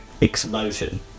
explosion